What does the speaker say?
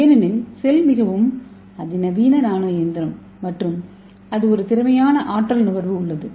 ஏனெனில் செல் மிகவும் அதிநவீன நானோ இயந்திரம் மற்றும் இது ஒரு திறமையான ஆற்றல் நுகர்வு உள்ளது